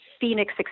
phoenix